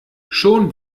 schon